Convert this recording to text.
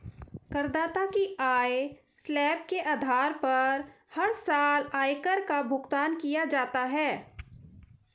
करदाता की आय स्लैब के आधार पर हर साल आयकर का भुगतान किया जाता है